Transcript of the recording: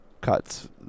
cuts